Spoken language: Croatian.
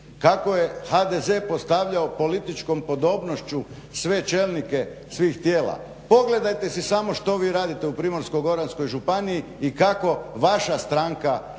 kako je HDZ postavljao političkom podobnošću sve čelnike svih tijela. Pogledajte si samo što vi radite u Primorsko-goranskoj županiji i kako vaša stranka